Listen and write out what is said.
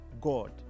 God